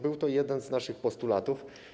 Był to jeden z naszych postulatów.